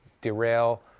derail